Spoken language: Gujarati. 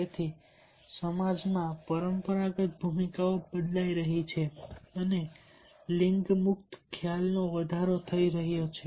તેથી સમાજમાં પરંપરાગત ભૂમિકાઓ બદલાઈ રહી છે અને લિંગ મુક્ત ખ્યાલ નો વધારો થઈ રહ્યો છે